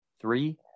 three